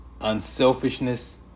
unselfishness